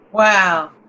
Wow